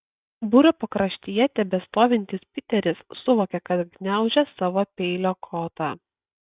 būrio pakraštyje tebestovintis piteris suvokė kad gniaužia savo peilio kotą